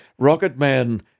Rocketman